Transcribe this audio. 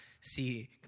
see